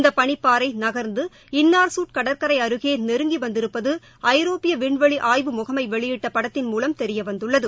இந்த பனிப்பாறை நகர்ந்து இன்னார் சூட் கடற்கரை அருகே நெருங்கி வந்திருப்பது ஐரோப்பிய விண்வெளி ஆய்வு முகமை வெளியிட்ட படத்தன் மூலம் தெரியவந்துள்ளது